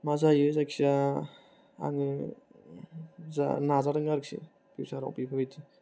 माजायो जायखिजाया आङो नाजादों आरोखि फिउसाराव बेबादि